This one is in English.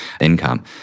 income